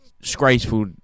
disgraceful